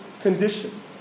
condition